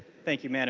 thank you mme. and